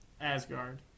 Asgard